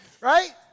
right